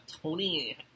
Tony